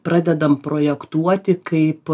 pradedam projektuoti kaip